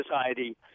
society